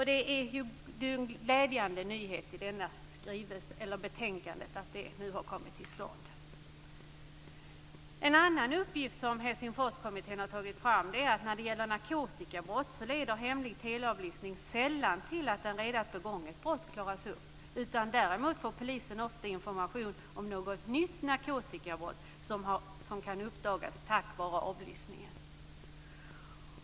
Det är en glädjande nyhet i betänkandet att detta nu har kommit till stånd. En annan uppgift som Helsingforskommittén har tagit fram är att när det gäller narkotikabrott leder hemlig teleavlyssning sällan till att ett redan begånget brott klaras upp. Däremot får polisen ofta information om något nytt narkotikabrott som kan uppdagas tack vare avlyssningen.